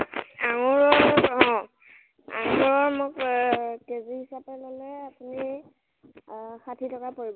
আঙুৰৰ অঁ আঙুৰৰ মই কেজি হিচাপে ল'লে আপুনি ষাঠি টকা পৰিব